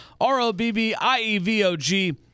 R-O-B-B-I-E-V-O-G